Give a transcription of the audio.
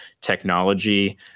technology